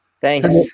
Thanks